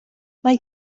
mae